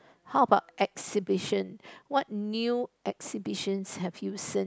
how about exhibition what new exhibitions have you seen